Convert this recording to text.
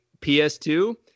PS2